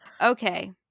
okay